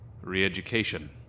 Re-education